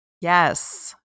Yes